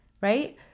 Right